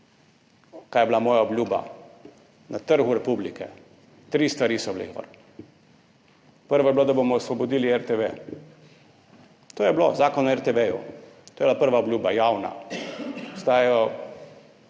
kaj je bila moja obljuba na Trgu republike. Tri stvari so bile. Prvo je bilo, da bomo osvobodili RTV, to je bil Zakon o RTV, to je bila prva obljuba, javna, obstajajo